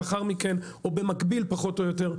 לאחר מכן או במקביל פחות או יותר,